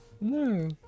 No